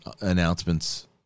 announcements